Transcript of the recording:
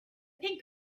pink